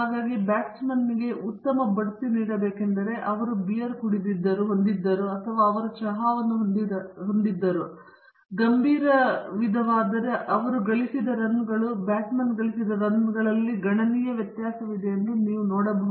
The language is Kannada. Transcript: ಹಾಗಾಗಿ ಬ್ಯಾಟ್ಸ್ಮನ್ಗೆ ಉತ್ತಮ ಬಡ್ತಿ ನೀಡಬೇಕೆಂದರೆ ಅವರು ಬಿಯರ್ ಹೊಂದಿದ್ದರು ಅಥವಾ ಚಹಾವನ್ನು ಹೊಂದಿರಬಹುದು ಅವರು ಗಂಭೀರ ವಿಧವಾದರೆ ಇವುಗಳು ಗಳಿಸಿದ ರನ್ಗಳು ಮತ್ತು ಬ್ಯಾಟ್ಸ್ಮನ್ ಗಳಿಸಿದ ರನ್ನಲ್ಲಿ ಗಣನೀಯ ವ್ಯತ್ಯಾಸವಿದೆ ಎಂದು ನೀವು ನೋಡಬಹುದು